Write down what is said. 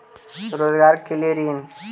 रोजगार के लिए ऋण?